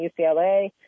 UCLA